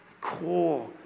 core